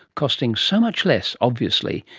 costing so much less, obviously,